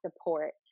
support